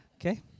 Okay